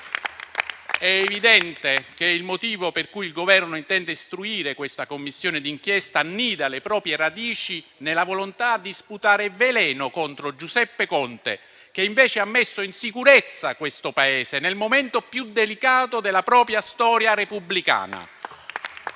È evidente che il motivo per cui il Governo intende istruire questa Commissione d'inchiesta annida le proprie radici nella volontà di sputare veleno contro Giuseppe Conte, che invece ha messo in sicurezza questo Paese nel momento più delicato della propria storia repubblicana.